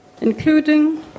including